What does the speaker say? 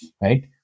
right